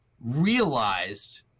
realized